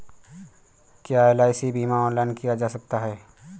क्या एल.आई.सी बीमा ऑनलाइन किया जा सकता है?